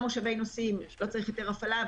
מושבי נוסעים לא צריך היתר הפעלה,